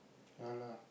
ya lah